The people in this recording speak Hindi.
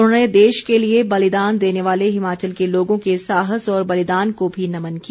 उन्होंने देश के लिए बलिदान देने वाले हिमाचल के लोगों के साहस और बलिदान को भी नमन किया